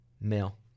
Male